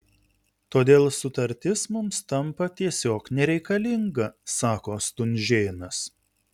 todėl sutartis mums tampa tiesiog nereikalinga sako stunžėnas